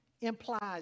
implies